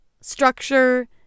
Structure